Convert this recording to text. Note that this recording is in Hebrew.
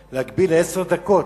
חבר הכנסת נסים זאב,